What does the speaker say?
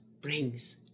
brings